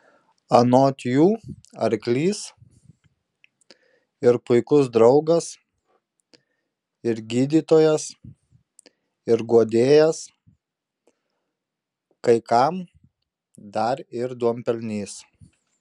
anot jų arklys ir puikus draugas ir gydytojas ir guodėjas kai kam dar ir duonpelnys